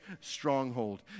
stronghold